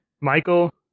Michael